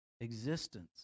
existence